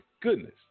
goodness